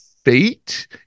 fate